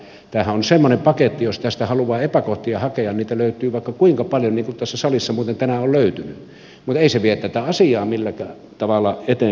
tämähän on semmoinen paketti että jos tästä haluaa epäkohtia hakea niitä löytyy vaikka kuinka paljon niin kuin tässä salissa muuten tänään on löytynyt mutta ei se vie tätä asiaa millään tavalla eteenpäin